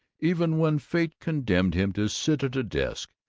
even when fate condemned him to sit at a desk,